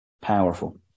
Powerful